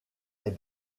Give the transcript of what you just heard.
est